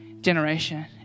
generation